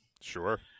sure